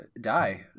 Die